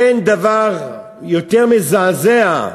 אין דבר יותר מזעזע,